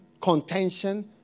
contention